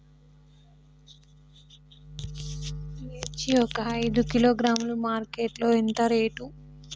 మిర్చి ఒక ఐదు కిలోగ్రాముల మార్కెట్ లో రేటు ఎంత?